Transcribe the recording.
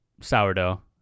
sourdough